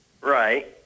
Right